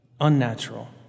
unnatural